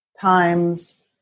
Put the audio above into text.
times